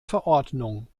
verordnung